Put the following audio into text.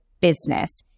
business